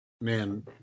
man